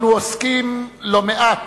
אנחנו עוסקים לא מעט,